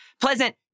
pleasant